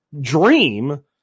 dream